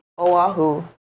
Oahu